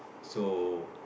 so